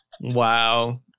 Wow